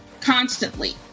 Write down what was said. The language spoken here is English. constantly